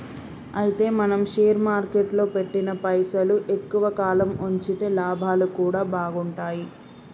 అయితే మనం షేర్ మార్కెట్లో పెట్టిన పైసలు ఎక్కువ కాలం ఉంచితే లాభాలు కూడా బాగుంటాయి